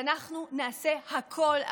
ואנחנו נעשה הכול,